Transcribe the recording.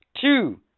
Two